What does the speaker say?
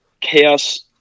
Chaos